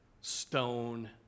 stone